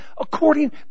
according